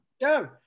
go